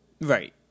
right